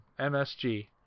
MSG